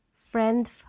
friend